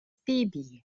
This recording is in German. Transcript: baby